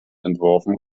entworfen